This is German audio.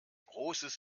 großes